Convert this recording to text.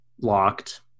Locked